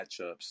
matchups